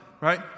right